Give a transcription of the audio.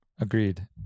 Agreed